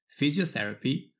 physiotherapy